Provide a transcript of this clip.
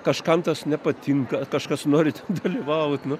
kažkam tas nepatinka kažkas norit dalyvaut nu